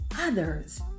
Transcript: others